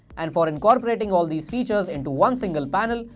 and for incorporating all these features into one single panel,